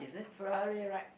Ferrari ride